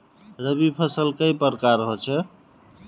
रवि फसल कई प्रकार होचे?